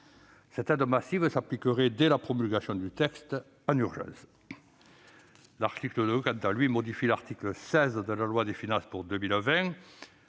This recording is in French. Cette aide massive s'appliquerait dès la promulgation du texte, en urgence. L'article 2, quant à lui, modifie l'article 16 de la loi de finances pour 2020,